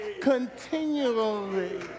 continually